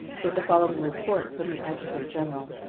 with the following report from the adjutant-general